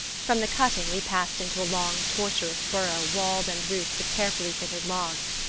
from the cutting we passed into a long tortuous burrow walled and roofed with carefully fitted logs.